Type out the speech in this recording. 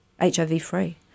HIV-free